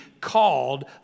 called